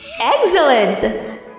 Excellent